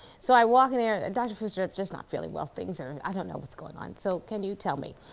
so i walk in there, dr. fuster, i'm just not feeling well. things are. i don't know what's going on so can you tell me.